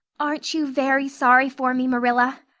aren't you very sorry for me, marilla?